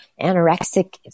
anorexic